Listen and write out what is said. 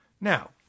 Now